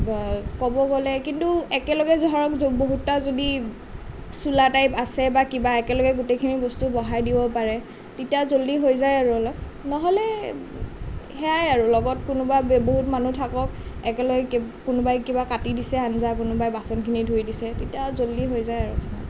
ক'ব গ'লে কিন্তু একেলগে ধৰক বহুতটা যদি চোলা টাইপ আছে বা কিবা একলগে গোটেইখিনি বস্তু বহাই দিব পাৰে তেতিয়া জল্দি হৈ যায় আৰু অলপ নহ'লে সেয়াই আৰু লগত কোনোবা বহুত মানুহ থাকক একেলগে কোনোবাই কিবা কাটি দিছে আঞ্জা কোনোবাই বাচনখিনি ধুই দিছে তেতিয়া জল্দি হৈ যায় আৰু খানাটো